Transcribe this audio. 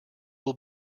will